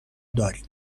داریم